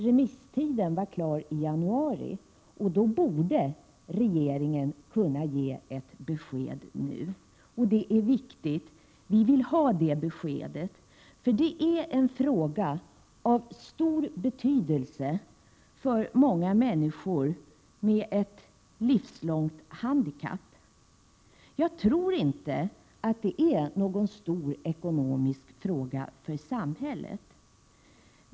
Remissbehandlingen var klar i januari, och därför borde regeringen kunna ge ett besked nu. Och det är viktigt — vi vill ha det beskedet. Det är en fråga av stor betydelse för många människor med ett livslångt handikapp. Jag tror inte att det är någon stor ekonomisk fråga för samhället.